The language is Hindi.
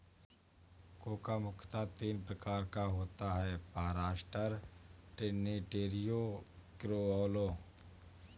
कोको मुख्यतः तीन प्रकार का होता है फारास्टर, ट्रिनिटेरियो, क्रिओलो